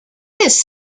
this